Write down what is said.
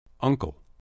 Uncle